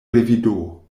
revido